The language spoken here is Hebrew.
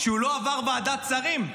שהוא לא עבר ועדת שרים.